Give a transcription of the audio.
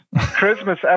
Christmas